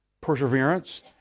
perseverance